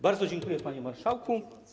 Bardzo dziękuję, panie marszałku.